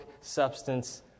substance